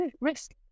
risk